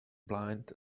blind